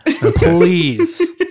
please